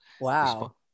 Wow